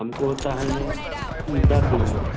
हमको होता है दस नमर